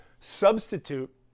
substitute